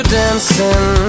dancing